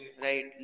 right